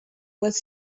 was